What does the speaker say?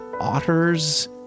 otters